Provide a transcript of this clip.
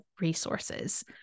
resources